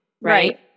Right